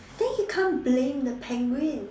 then he can't blame the penguin